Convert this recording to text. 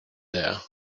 there